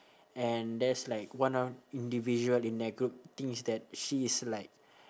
and there's like one of individual in that group thinks that she's like